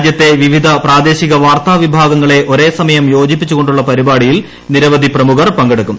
രാജ്യത്തെ വിവിധ പ്രാദേശിക വാർത്താ വിഭാഗങ്ങളെ ഒരേ സമയം യോജിപ്പിച്ചുകൊണ്ടുളള പരിപാടിയിൽ നിരവധി പ്രമുഖർ പങ്കെടുക്കും